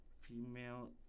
female